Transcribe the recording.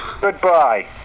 Goodbye